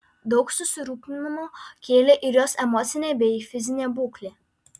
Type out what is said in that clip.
daug susirūpinimo kėlė ir jos emocinė bei fizinė būklė